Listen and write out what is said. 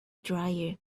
dryer